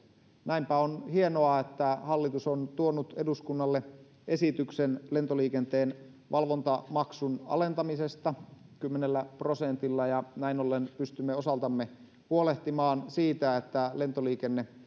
näinpä on hienoa että hallitus on tuonut eduskunnalle esityksen lentoliikenteen valvontamaksun alentamisesta kymmenellä prosentilla ja näin ollen pystymme osaltamme huolehtimaan siitä että lentoliikenne